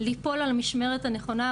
ליפול על המשמרת הנכונה,